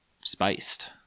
spiced